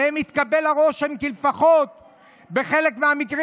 שמהם התקבל הרושם כי "לפחות בחלק מהמקרים